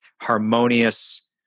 harmonious